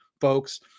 folks